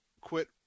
quit